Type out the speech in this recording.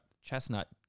Chestnut